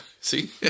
See